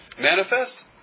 manifest